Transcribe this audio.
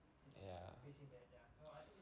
ya